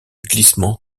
glissement